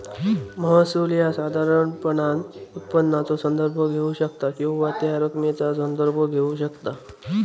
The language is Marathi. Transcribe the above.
महसूल ह्या साधारणपणान उत्पन्नाचो संदर्भ घेऊ शकता किंवा त्या रकमेचा संदर्भ घेऊ शकता